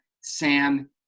Sam